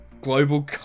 global